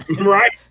Right